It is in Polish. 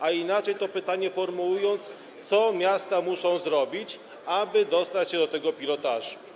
A inaczej to pytanie formułując: Co miasta muszą zrobić, aby dostać się do tego pilotażu?